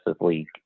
League